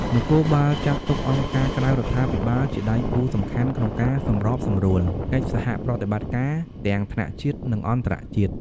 នគរបាលចាត់ទុកអង្គការក្រៅរដ្ឋាភិបាលជាដៃគូសំខាន់ក្នុងការសម្របសម្រួលកិច្ចសហប្រតិបត្តិការទាំងថ្នាក់ជាតិ និងអន្តរជាតិ។